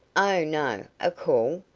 oh, no. a call?